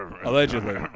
allegedly